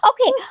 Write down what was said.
Okay